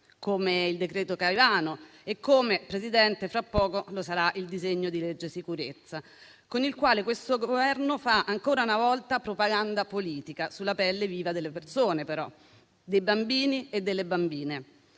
il decreto Caivano e come fra poco sarà il disegno di legge sicurezza, con il quale questo Governo fa ancora una volta propaganda politica sulla pelle viva delle persone: in questo caso, però, dei bambini e delle bambine.